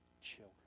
children